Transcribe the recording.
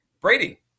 Brady